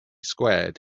squared